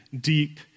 deep